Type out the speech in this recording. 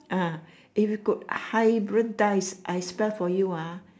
ah if you could hybridise I spell for you ah